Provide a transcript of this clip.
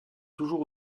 toujours